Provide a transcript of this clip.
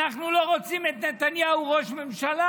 אנחנו לא רוצים את נתניהו ראש ממשלה,